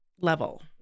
level